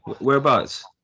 Whereabouts